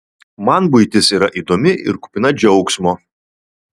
man buitis yra įdomi ir kupina džiaugsmo